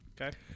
Okay